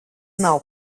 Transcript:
nav